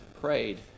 prayed